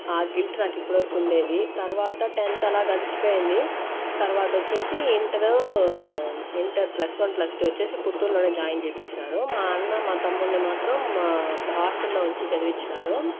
ఆ గిల్ట్ నాకు ఇప్పటివరకు ఉండేది తర్వాత టెన్త్ అలా గడిచిపోయింది తర్వాత వచ్చేసి inter inter plus one plus two వచ్చేసి పుత్తూర్లోనే జాయిన్ చేయించినారు మా అన్న మా తమ్ముణ్ణి మాత్రం హాస్టల్ లో ఉంచి చదివించినారు